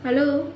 hello